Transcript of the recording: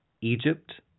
egypt